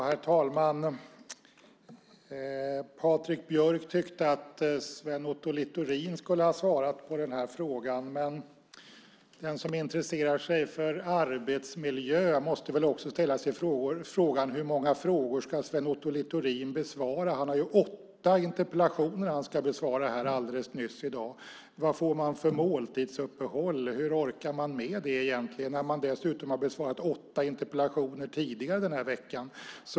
Herr talman! Patrik Björck tyckte att Sven Otto Littorin skulle ha svarat på den här frågan. Den som intresserar sig för arbetsmiljö måste väl också ställa sig frågan hur många frågor Sven Otto Littorin ska besvara. Han har åtta interpellationer att besvara alldeles strax här i dag. Vilket måltidsuppehåll får han? Hur orkar han med det när han dessutom har besvarat åtta interpellationer tidigare den här veckan?